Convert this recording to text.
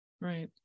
right